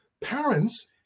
Parents